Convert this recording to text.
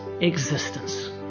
existence